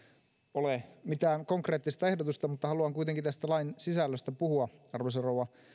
ole mitään konkreettista ehdotusta mutta haluan kuitenkin tästä lain sisällöstä puhua arvoisa rouva